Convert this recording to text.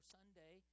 Sunday